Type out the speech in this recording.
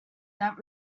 that